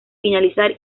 finalizar